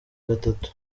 gatatu